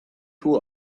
two